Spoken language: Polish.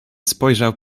spojrzał